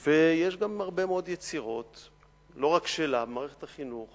יש גם הרבה מאוד יצירות, לא רק שלה, במערכת החינוך